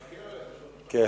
להקל עליך, שלא